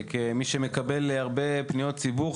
כמי שמקבל הרבה פניות ציבור,